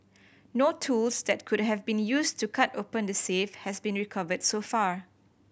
no tools that could have been used to cut open the safe have been recovered so far